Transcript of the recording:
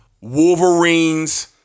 Wolverines